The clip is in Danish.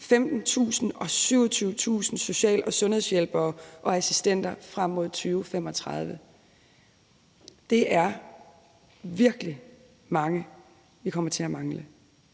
15.000 og 27.000 social- og sundhedshjælpere og -assistenter frem mod 2035. Det er virkelig mange, vi kommer til at mangle,